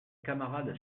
camarade